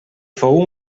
fou